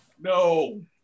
no